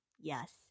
yes